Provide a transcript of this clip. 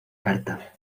carta